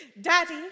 Daddy